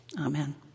Amen